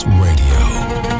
Radio